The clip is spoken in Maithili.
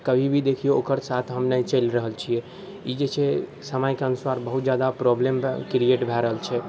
कभी भी देखियो ओकर साथ हम नहि चलि रहल छियै ई जे छै समयके अनुसार बहुत जादा प्रोब्लम क्रिएट भए रहल छै